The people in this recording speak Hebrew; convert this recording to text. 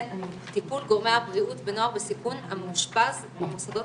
טיפול גורמי הבריאות בנוער בסיכון המאושפז במוסדות